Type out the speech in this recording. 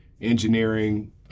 engineering